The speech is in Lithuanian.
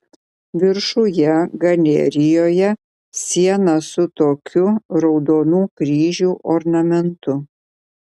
viršuje galerijoje siena su tokiu raudonų kryžių ornamentu